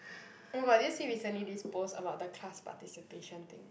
oh my god did you see recently this post about the class participation thing